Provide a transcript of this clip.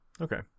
Okay